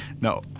No